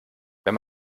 wenn